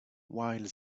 while